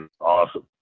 awesome